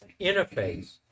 interface